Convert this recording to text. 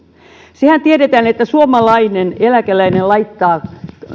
sehän tiedetään että suomalainen eläkeläinen laittaa